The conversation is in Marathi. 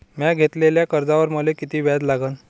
म्या घेतलेल्या कर्जावर मले किती व्याज लागन?